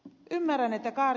ja loppuun